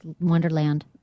wonderland